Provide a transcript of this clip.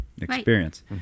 experience